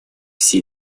все